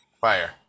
Fire